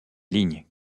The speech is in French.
ligne